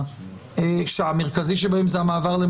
הממשלה כל הזמן תאמר: